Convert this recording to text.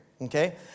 Okay